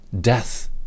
death